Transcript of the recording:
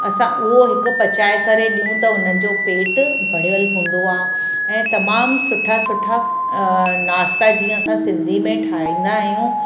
असां उहो हिकु पचाए करे ॾियूं त हुनजो पेट भरियलि हूंदो आहे ऐं तमामु सुठा सुठा नाश्ता जीअं असां सिंधी में ठाहींदा आहियूं